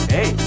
Hey